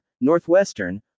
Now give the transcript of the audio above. Northwestern